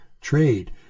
trade